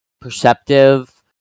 perceptive